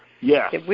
Yes